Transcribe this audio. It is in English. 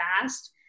fast